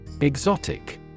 Exotic